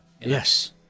Yes